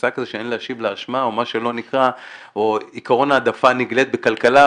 מושג כזה "אין להשיב לאשמה" או עקרון העדפה נגלית בכלכלה,